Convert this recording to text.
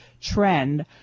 trend